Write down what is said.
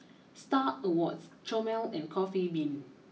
Star Awards Chomel and Coffee Bean